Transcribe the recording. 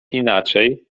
inaczej